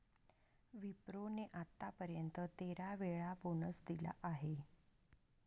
विप्रो ने आत्तापर्यंत तेरा वेळा बोनस दिला आहे